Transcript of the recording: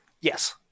Yes